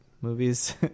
movies